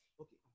okay